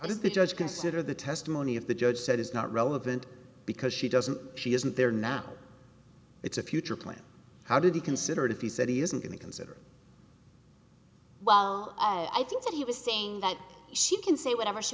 does the judge consider the testimony of the judge said is not relevant because she doesn't she isn't there now it's a future plan how did he consider it if he said he isn't going to consider well i think that he was saying that she can say whatever she